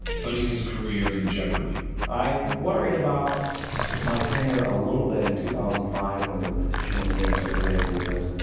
putting his career in jeopardy. i worried about my tenure a little bit in two thousand and five when the petition was being circulated because